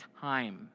time